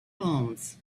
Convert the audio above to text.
palms